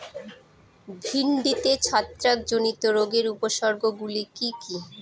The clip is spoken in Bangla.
ভিন্ডিতে ছত্রাক জনিত রোগের উপসর্গ গুলি কি কী?